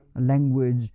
language